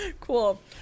Cool